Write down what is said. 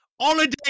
Holiday